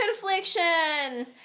confliction